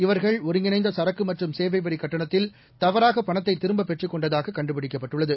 இவர்கள் ஒருங்கிணைந்தசரக்குமற்றும் சேவைவரிகட்டணத்தில் தவறாகபணத்தைத் திரும்பபெற்றுக்கொண்டதாககண்டுபிடிக்கப்பட்டுள்ளது